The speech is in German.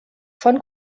von